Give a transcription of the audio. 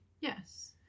Yes